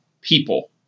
people